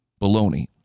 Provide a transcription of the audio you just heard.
Baloney